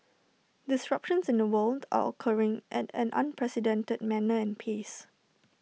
disruptions in the world are occurring at an unprecedented manner and pace